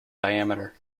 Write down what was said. diameter